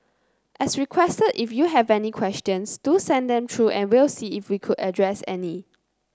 as requested if you have any questions do send them through and we'll see if they could address any